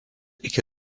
iki